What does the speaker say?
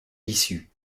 l’issue